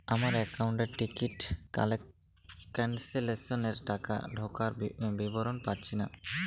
আমার একাউন্ট এ ticket cancellation এর টাকা ঢোকার বিবরণ দেখতে পাচ্ছি না কেন?